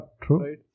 true